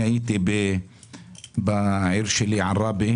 הייתי בעיר שלי עראבה